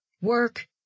work